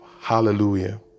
Hallelujah